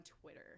Twitter